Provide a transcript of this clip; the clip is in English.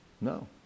No